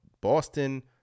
Boston